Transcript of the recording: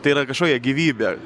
tai yra kažkokia gyvybė